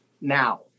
now